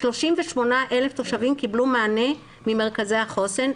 38,000 תושבים קיבלו מענה ממרכזי החוסן,